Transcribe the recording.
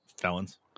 felons